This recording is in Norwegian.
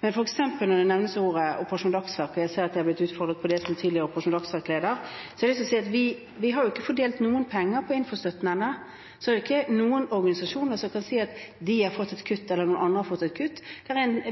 når man nevner f.eks. Operasjonen Dagsverk – og jeg ser at jeg er blitt utfordret på det som tidligere Operasjon Dagsverk-leder – har jeg lyst til å si at vi har ikke fordelt noen penger fra infostøtten ennå. Derfor er det ikke slik at noen organisasjoner kan si at de har fått et kutt, eller at noen andre har fått et kutt.